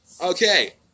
Okay